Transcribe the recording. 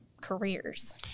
careers